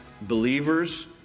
believers